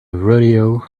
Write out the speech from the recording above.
rodeo